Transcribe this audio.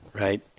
right